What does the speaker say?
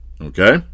Okay